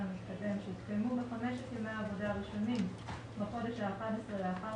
המתקדם שהתקיימו בחמשת ימי העבודה הראשונים בחודש ה-11 לאחר